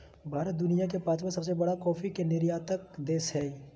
भारत दुनिया के पांचवां सबसे बड़ा कॉफ़ी के निर्यातक देश हइ